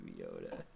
Yoda